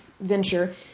venture